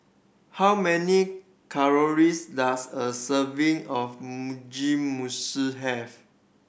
how many calories does a serving of Mugi have